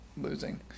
losing